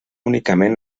únicament